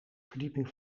verdieping